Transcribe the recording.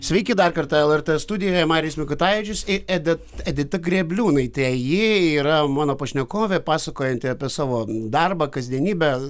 sveiki dar kartą lrt studijoje marijus mikutavičius ir edit edita grėbliūnaitė ji yra mano pašnekovė pasakojanti apie savo darbą kasdienybę